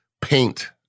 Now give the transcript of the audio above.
paint